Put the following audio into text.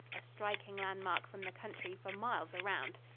a striking landmark from the country for miles around.